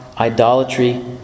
idolatry